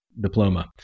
diploma